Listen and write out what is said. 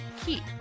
keep